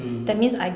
mm